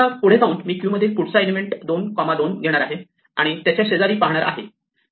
आता पुढे जाऊन मी क्यु मधील पुढचा एलिमेंट 22 घेणार आहे आणि त्याचे शेजारी पाहणार आहे